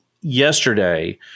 yesterday